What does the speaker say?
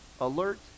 alert